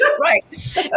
right